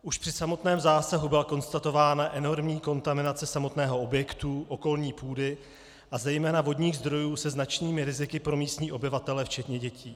Už při samotném zásahu byla konstatována enormní kontaminace samotného objektu, okolní půdy a zejména vodních zdrojů se značnými riziky pro místní obyvatele včetně dětí.